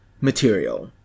material